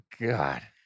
god